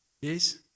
yes